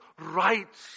rights